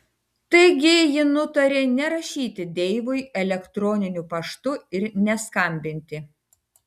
taigi ji nutarė nerašyti deivui elektroniniu paštu ir neskambinti